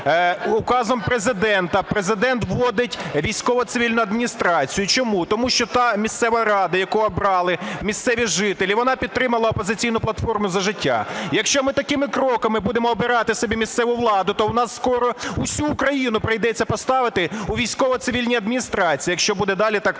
указом Президента Президент вводить військово-цивільну адміністрацію. Чому? Тому що та місцева рада, яку обрали місцеві жителі, вона підтримала "Опозиційну платформу - За життя". Якщо ми такими кроками будемо обирати собі місцеву владу, то у нас скоро всю Україну прийдеться поставити у військово-цивільні адміністрації, якщо буде далі так